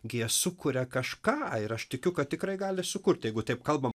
gi jie sukuria kažką ir aš tikiu kad tikrai gali sukurt jeigu taip kalbam